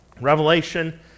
Revelation